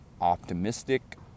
optimistic